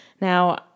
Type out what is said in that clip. Now